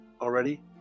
already